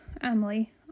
emily